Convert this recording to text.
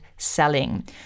selling